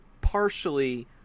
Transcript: partially